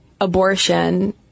abortion